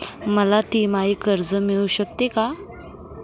मला तिमाही कर्ज मिळू शकते का?